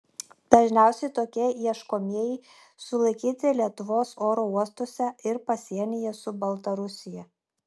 dažniausiai tokie ieškomieji sulaikyti lietuvos oro uostuose ir pasienyje su baltarusija